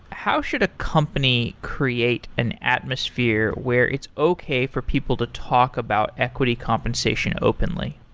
how should a company create an atmosphere where it's okay for people to talk about equity compensation openly?